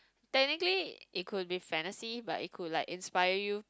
technically it could be fantasy but it could like inspire you